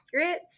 accurate